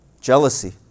jealousy